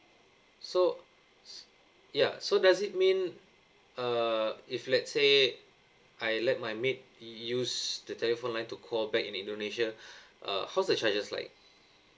so so ya so does it mean uh if let's say I let my maid use the telephone line to call back in indonesia uh how's the charges like